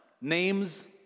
names